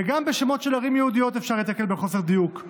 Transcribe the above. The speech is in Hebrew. גם בשמות של ערים יהודיות אפשר להיתקל בחוסר דיוק.